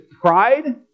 pride—